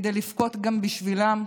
כדי לבכות גם בשבילם,